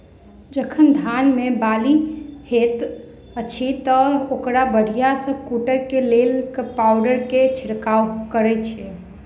जखन धान मे बाली हएत अछि तऽ ओकरा बढ़िया सँ फूटै केँ लेल केँ पावडर केँ छिरकाव करऽ छी?